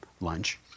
lunch